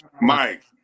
Mike